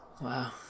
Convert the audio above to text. Wow